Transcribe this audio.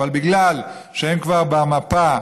אבל בגלל שהם כבר במפה,